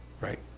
Right